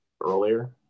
earlier